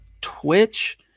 Twitch